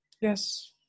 Yes